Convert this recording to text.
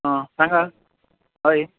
सांगा हय